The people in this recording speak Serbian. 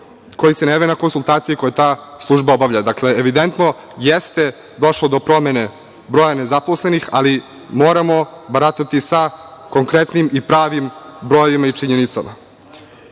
ili se ne jave na konsultacije koje ta služba obavlja. Dakle, evidentno jeste došlo do promene broja nezaposlenih, ali moramo baratati sa konkretnim i pravim brojevima i činjenicama. Ja